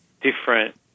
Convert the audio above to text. different